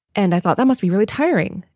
and i thought, that must be really tiring.